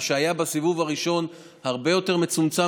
מה שהיה בסיבוב הראשון היה הרבה יותר מצומצם